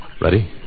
Ready